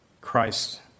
Christ